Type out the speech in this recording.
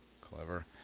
Clever